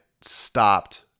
stopped